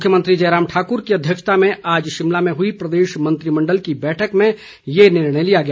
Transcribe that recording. मुख्यमंत्री जयराम ठाकुर की अध्यक्षता में आज शिमला में हुई प्रदेश मंत्रिमंडल की बैठक में ये फैसला लिया गया